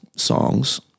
Songs